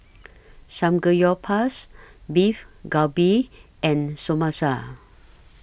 Samgeyopsal Beef Galbi and Samosa